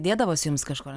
dėdavosi jums kažkur